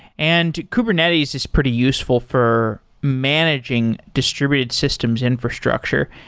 and kubernetes is pretty useful for managing distributed systems infrastructure.